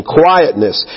quietness